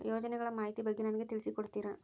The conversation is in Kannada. ಯೋಜನೆಗಳ ಮಾಹಿತಿ ಬಗ್ಗೆ ನನಗೆ ತಿಳಿಸಿ ಕೊಡ್ತೇರಾ?